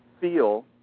feel